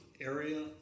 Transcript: area